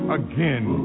again